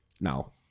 Now